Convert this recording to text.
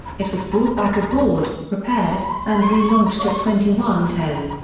it was brought back aboard, repaired, and relaunched at twenty one ten.